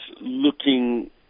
looking